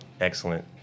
excellent